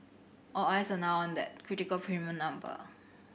all eyes are now on that critical premium number